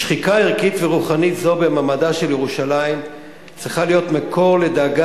שחיקה ערכית ורוחנית זו במעמדה של ירושלים צריכה להיות מקור לדאגה